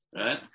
Right